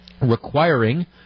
requiring